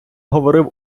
говорив